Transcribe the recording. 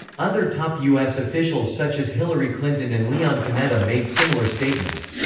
other top u s. officials such as hillary clinton and leon panetta made similar statements.